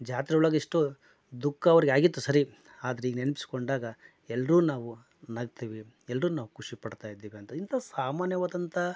ಜಾತ್ರೆ ಒಳಗೆ ಇಷ್ಟು ದುಃಖ ಅವರಿಗೆ ಆಗಿತ್ತು ಸರಿ ಆದರೆ ಈಗ ನೆನ್ಪಿಸಿಕೊಂಡಾಗ ಎಲ್ಲರೂ ನಾವು ನಗ್ತೀವಿ ಎಲ್ಲರೂ ನಾವು ಖುಷಿಪಡ್ತಾಯಿದ್ದೀವಿ ಅಂತ ಇಂಥಾ ಸಾಮಾನ್ಯವಾದಂಥ